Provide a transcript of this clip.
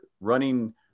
running